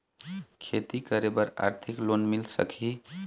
खेती करे बर आरथिक लोन मिल सकही?